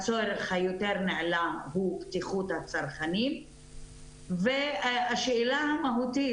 הצורך היותר נעלה הוא בטיחות הצרכנים והשאלה המהותית,